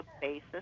basis